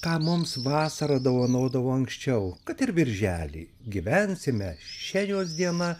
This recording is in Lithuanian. ką mums vasara dovanodavo anksčiau kad ir birželį gyvensime šia jos diena